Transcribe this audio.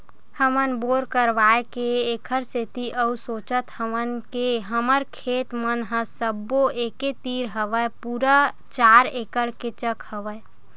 हमन बोर करवाय के ऐखर सेती अउ सोचत हवन के हमर खेत मन ह सब्बो एके तीर हवय पूरा चार एकड़ के चक हवय